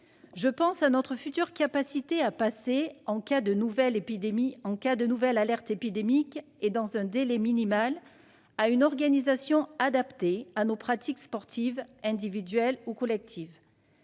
Je pense à notre future capacité à passer, en cas de nouvelle alerte épidémique et dans un délai minimal, à une organisation adaptée à nos pratiques sportives, individuelles ou collectives.